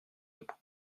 nous